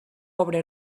obra